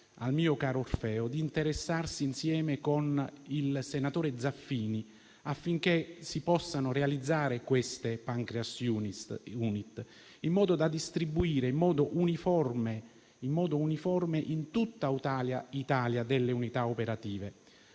al mio caro Orfeo, di interessarsi insieme con il senatore Zaffini affinché si possano realizzare queste Pancreas *unit* in modo da distribuire in modo uniforme in tutta Italia delle unità operative.